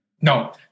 No